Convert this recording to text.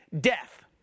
death